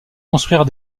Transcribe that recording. construire